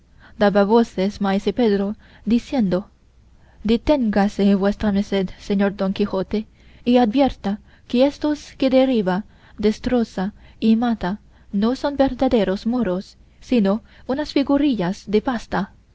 daba voces maese pedro diciendo deténgase vuesa merced señor don quijote y advierta que estos que derriba destroza y mata no son verdaderos moros sino unas figurillas de pasta